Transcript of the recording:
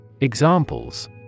Examples